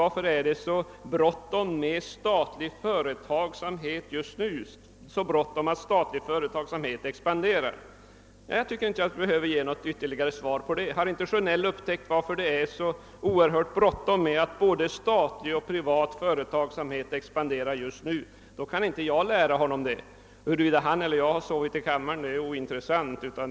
Varför är det så bråttom just nu med att statlig företagsamhet skall expandera? Jag tycker inte jag behöver ge något ytterligare motiv för det. Har herr Sjönell inte upptäckt varför det är så oerhört bråttom att både statlig och privat företagsamhet expanderar just nu kan inte jag lära honom det. Huruvida herr Sjönell eller jag har sovit i kammaren är ointressant.